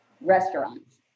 restaurants